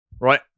Right